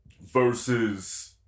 versus